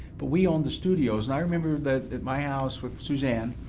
but we owned the studios. and i remember at my house with suzanne